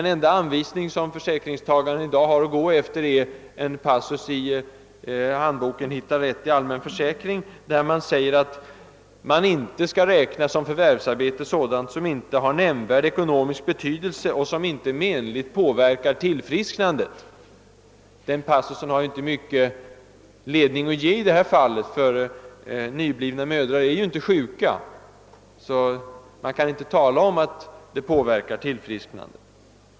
Den enda anvisning som försäkringstagaren i dag har att gå efter är en passus i handboken »Hitta rätt i allmän försäkring», där det sägs att man inte skall räkna som förvärvsarbete sådant »som inte har nämnvärd ekonomisk betydelse och som inte menligt påverkar tillfrisknandet». Den passusen har inte mycken ledning att ge i detta fall — nyblivna mödrar är ju inte sjuka, så man kan inte tala om att tillfrisknandet påverkas.